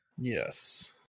Yes